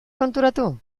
konturatu